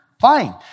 fine